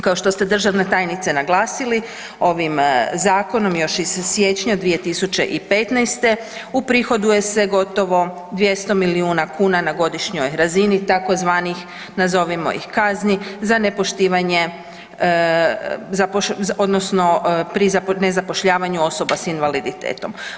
Kao što ste državna tajnice naglasili ovim zakonom još iz siječnja 2015.-te uprihoduje se gotovo 200 milijuna kuna na godišnjoj razini tzv. nazovimo ih kazni za nepoštivanje odnosno pri nezapošljavanju osoba s invaliditetom.